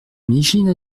micheline